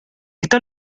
esta